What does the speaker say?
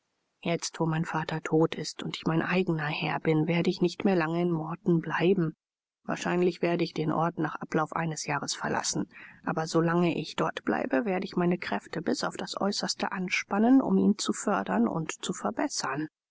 jetzt wo mein vater tot ist und ich mein eigener herr bin werde ich nicht mehr lange in morton bleiben wahrscheinlich werde ich den ort nach ablauf eines jahres verlassen aber so lange ich dort bleibe werde ich meine kräfte bis auf das äußerste anspannen um ihn zu fördern und zu verbessern